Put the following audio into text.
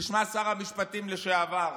תשמע, שר המשפטים לשעבר,